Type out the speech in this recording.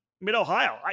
mid-Ohio